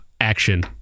action